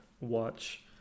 watch